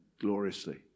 gloriously